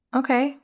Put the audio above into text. okay